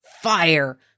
fire